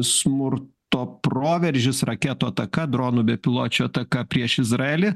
smurto proveržis raketų ataka dronų bepiločių ataka prieš izraelį